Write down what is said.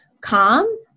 calm